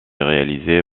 réalisée